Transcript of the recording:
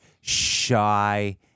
shy